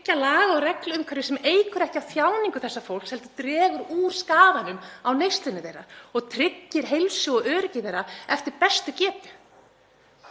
að tryggja laga- og regluumhverfi sem eykur ekki á þjáningu þessa fólks heldur dregur úr skaðanum af neyslu þeirra og tryggir heilsu og öryggi þeirra eftir bestu getu.